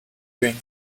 doing